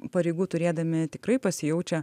pareigų turėdami tikrai pasijaučia